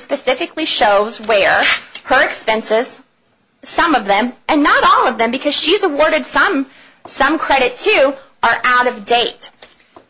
specifically shows where her expenses some of them and not all of them because she's awarded some some credit too are out of date